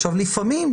עכשיו לפעמים,